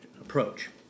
approach